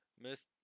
Miss